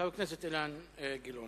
חבר הכנסת אילן גילאון,